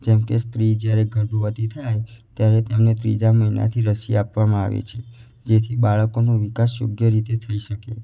જેમ કે સ્ત્રી જયારે ગર્ભવતી થાય ત્યારે તેમને ત્રીજા મહિનાથી રસી આપવામાં આવે છે જેથી બાળકોનો વિકાસ યોગ્ય રીત થઈ શકે